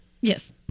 Yes